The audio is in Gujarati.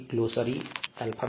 બાય